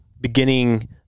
beginning